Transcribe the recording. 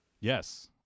Yes